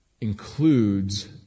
includes